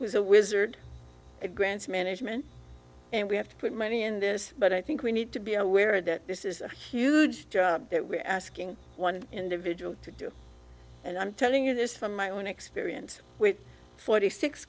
who's a wizard it grants management and we have to put money in this but i think we need to be aware that this is a huge job that we're asking one individual to do and i'm telling you this from my own experience with forty six